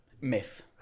Myth